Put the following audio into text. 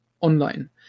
online